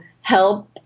help